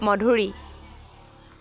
মধুুৰী